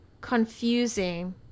confusing